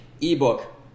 ebook